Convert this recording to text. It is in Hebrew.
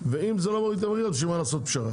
ואם זה לא מוריד את המחיר אז בשביל מה לעשות פשרה?